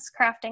crafting